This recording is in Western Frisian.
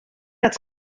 dat